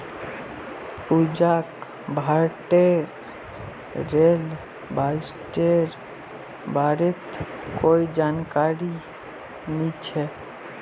पूजाक भारतेर रेल बजटेर बारेत कोई जानकारी नी छ